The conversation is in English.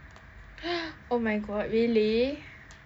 !huh! oh my god really